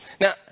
Now